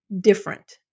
different